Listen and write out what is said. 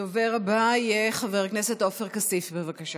הדובר הבא יהיה חבר כנסת עופר כסיף, בבקשה.